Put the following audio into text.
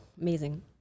Amazing